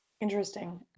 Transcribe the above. Interesting